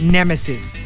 Nemesis